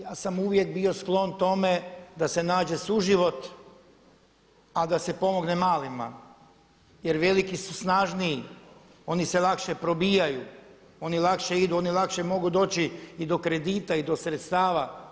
Ja sam uvijek bio sklon tome da se nađe suživot, a da se pomogne malima jer veliki su snažniji, oni se lakše probijaju, oni lakše idu, oni lakše mogu doći i do kredita i do sredstava.